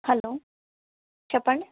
hello చెప్పండి